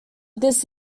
this